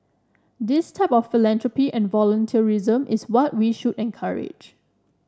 this type of philanthropy and volunteerism is what we should encourage